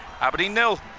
Aberdeen-Nil